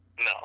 No